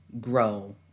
grow